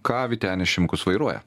ką vytenis šimkus vairuoja